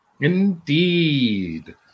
Indeed